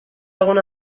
egon